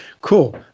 cool